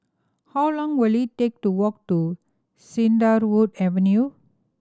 how long will it take to walk to Cedarwood Avenue